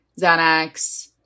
Xanax